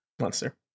monster